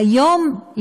היום,